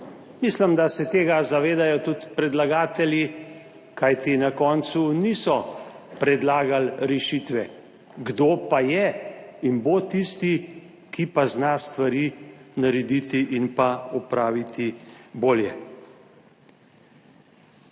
Mislim, da se tega zavedajo tudi predlagatelji, kajti na koncu niso predlagali rešitve, kdo pa je in bo tisti, ki pa zna stvari narediti in pa opraviti bolje.